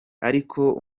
ariko